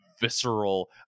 visceral